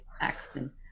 Axton